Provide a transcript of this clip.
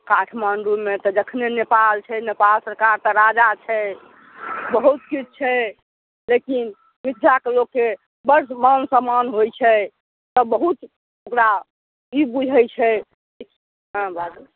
काठमाण्डूमे तऽ जखने नेपाल छै नेपाल सरकार तऽ राजा छै बहुत किछु छै लेकिन लोकके बस मान सम्मान होइ छै तऽ बहुत ओकरा ई बुझै छै हँ बाजू